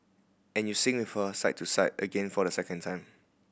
and you sing with her side to side again for the second time